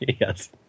Yes